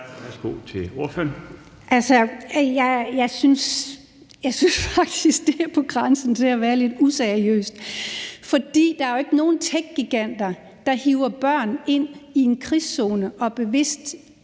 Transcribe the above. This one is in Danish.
16:12 Dina Raabjerg (KF): Jeg synes faktisk, det er på grænsen til at være lidt useriøst, fordi der jo ikke er nogen techgiganter, der hiver børn ind i en krigszone og bevidst